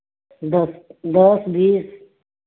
दस दस बीस